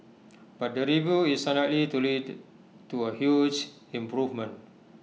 but the review is unlikely to lead to A huge improvement